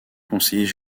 conseiller